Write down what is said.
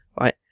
right